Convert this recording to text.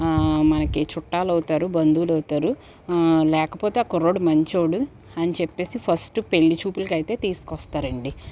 మనకి చుట్టాలవుతారు బంధువులవుతారు లేకపోతే కుర్రోడు మంచోడు అని చెప్పేసి ఫస్ట్ పెళ్లి చూపులకయితే తీసుకొస్తారండి